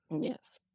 Yes